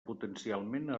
potencialment